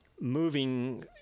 moving